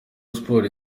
sports